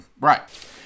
Right